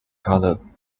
color